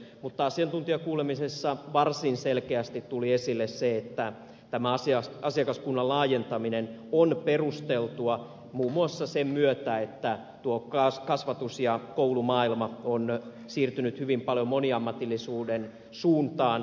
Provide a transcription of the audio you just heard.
mutta asiantuntijakuulemisessa varsin selkeästi tuli esille se että asiakaskunnan laajentaminen on perusteltua muun muassa sen myötä että kasvatus ja koulumaailma on siirtynyt hyvin paljon moniammatillisuuden suuntaan